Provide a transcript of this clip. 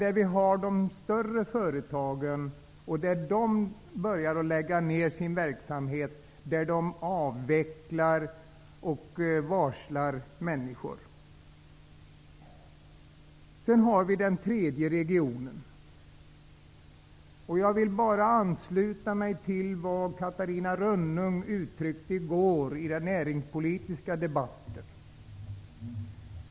Men där har vi de större företagen och de börjar att lägga ned sin verksamhet, de avvecklar och varslar människor. Sedan har vi den tredje regionen. Här vill jag ansluta mig till det Catarina Rönnung uttryckte i går i den näringspolitiska debatten.